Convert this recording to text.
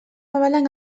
avalen